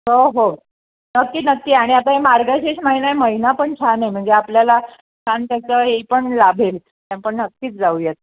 हो हो नक्की नक्की आणि आता हे मार्गशीर्ष महिना आहे महिना पण छान आहे म्हणजे आपल्याला छान त्यांचं हे पण लाभेल त्या पण नक्कीच जाऊयात